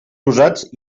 usats